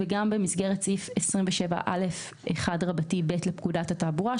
גם במסגרת סעיף 27(א)1(ב) לפקודת התעבורה,